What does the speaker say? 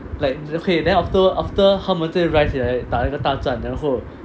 like okay then after after 他们再 rise 起来打一个大战然后